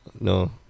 no